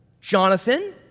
Jonathan